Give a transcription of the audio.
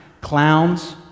Clowns